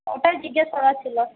ওটাই জিজ্ঞেস করার ছিল